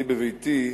אני בביתי,